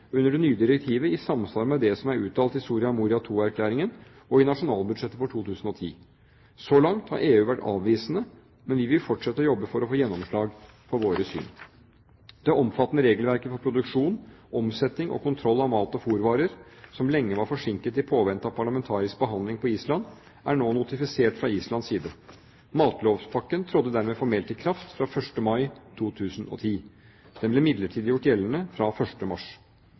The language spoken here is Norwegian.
under det nye direktivet i samsvar med det som er uttalt i Soria Moria II-erklæringen og i nasjonalbudsjettet for 2010. Så langt har EU vært avvisende, men vi vil fortsette å jobbe for å få gjennomslag for vårt syn. Det omfattende regelverket for produksjon, omsetning og kontroll av mat- og fôrvarer, som lenge var forsinket i påvente av parlamentarisk behandling på Island, er nå notifisert fra Islands side. Matlovspakken trådte dermed formelt i kraft fra 1. mai 2010. Den ble midlertidig gjort gjeldende fra 1. mars.